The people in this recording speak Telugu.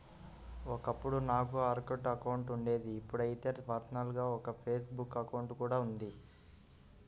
ఒకప్పుడు నాకు ఆర్కుట్ అకౌంట్ ఉండేది ఇప్పుడైతే పర్సనల్ గా ఒక ఫేస్ బుక్ అకౌంట్ కూడా ఉంది